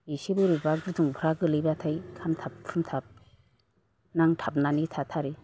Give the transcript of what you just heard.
एसे बोरैबा गुदुंफ्रा गोग्लैब्लाथाय खामथाब खुमथाब नांथाबनानै थाथारो